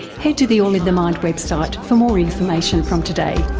head to the all in the mind website for more information from today.